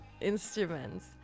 instruments